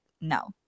no